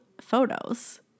photos